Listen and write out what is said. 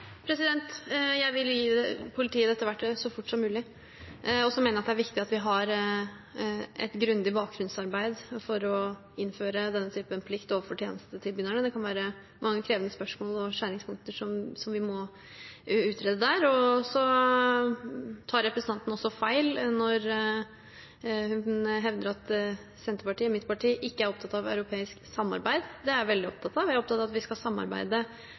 Jeg vil gi politiet dette verktøyet så fort som mulig. Jeg mener det er viktig at vi har et grundig bakgrunnssamarbeid for å innføre denne typen plikt overfor tjenestetilbyderne. Det kan være mange krevende spørsmål og skjæringspunkter som vi må utrede. Representanten tar feil når hun hevder at Senterpartiet, mitt parti, ikke er opptatt av europeisk samarbeid. Det er jeg veldig opptatt av. Jeg er opptatt av at vi skal samarbeide